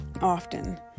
often